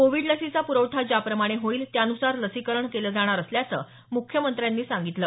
Covid लसीचा प्रखठा ज्या प्रमाणे होईल त्यान्सार लसीकरण केलं जाणार असल्याचं मुख्यमंत्र्यांनी सांगितलं